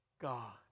God